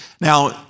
Now